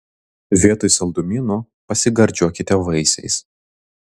vietoj saldumynų pasigardžiuokite vaisiais